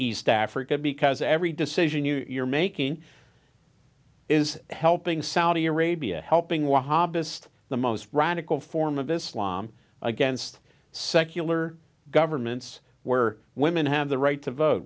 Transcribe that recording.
east africa because every decision you're making is helping saudi arabia helping one hobbist the most radical form of islam against secular governments where women have the right to vote